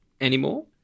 anymore